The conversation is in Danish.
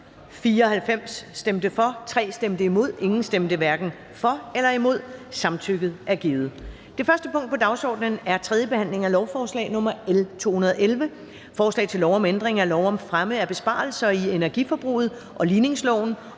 hverken for eller imod stemte 0. Hermed er samtykket givet. --- Det første punkt på dagsordenen er: 1) 3. behandling af lovforslag nr. L 211: Forslag til lov om ændring af lov om fremme af besparelser i energiforbruget og ligningsloven